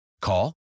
Call